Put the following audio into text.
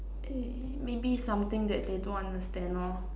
err maybe something that they don't understand lor